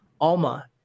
Alma